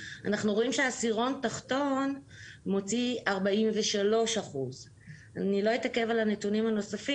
אנחנו רואים שעשירון תחתון מוציא 43%. לא אתעכב על נתונים נוספים.